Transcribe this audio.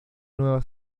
nueva